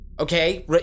Okay